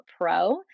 pro